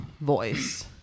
voice